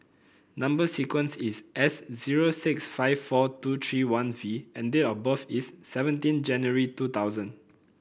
number sequence is S zero six five four two three one V and date of birth is seventeen January two thousand